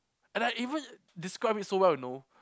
and I even describe it so well you know